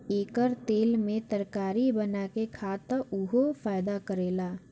एकर तेल में तरकारी बना के खा त उहो फायदा करेला